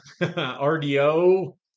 RDO